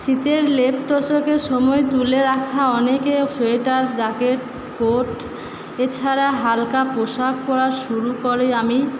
শীতের লেপ তোশকের সময় তুলে রাখা অনেকে সোয়েটার জ্যাকেট কোর্ট এছাড়া হাল্কা পোশাক পরা শুরু করে আমি